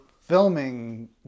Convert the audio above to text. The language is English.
filming